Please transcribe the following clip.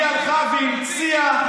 היא הלכה והמציאה,